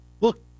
look